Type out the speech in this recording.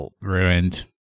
Ruined